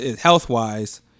health-wise